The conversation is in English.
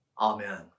Amen